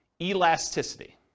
Elasticity